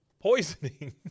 poisoning